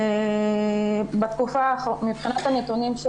מבחינת הנתונים,